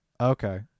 Okay